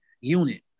unit